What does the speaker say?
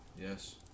Yes